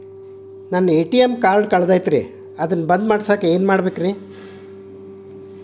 ನನ್ನ ATM card ಕಳದೈತ್ರಿ ಅದನ್ನ ಬಂದ್ ಮಾಡಸಾಕ್ ಏನ್ ಮಾಡ್ಬೇಕ್ರಿ?